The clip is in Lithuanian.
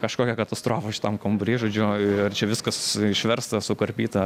kažkokia katastrofa šitam kambary žodžiu ir čia viskas išversta sukarpyta